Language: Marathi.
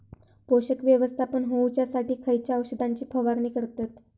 पोषक व्यवस्थापन होऊच्यासाठी खयच्या औषधाची फवारणी करतत?